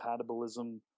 compatibilism